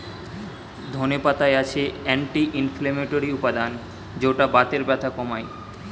ধনে পাতায় আছে অ্যান্টি ইনফ্লেমেটরি উপাদান যৌটা বাতের ব্যথা কমায়